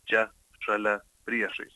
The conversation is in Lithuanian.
čia šalia priešais